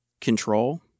control